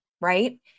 right